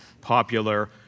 popular